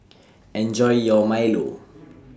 Enjoy your Milo